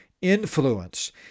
influence